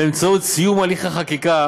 באמצעות סיום הליך החקיקה